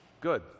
Good